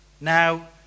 Now